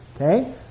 Okay